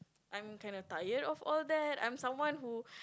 I'm kinda tired of all that I'm someone who